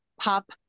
pop